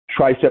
tricep